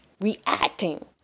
reacting